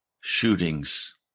Shootings